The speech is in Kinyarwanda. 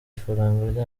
ifaranga